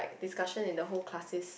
discussion in the whole classist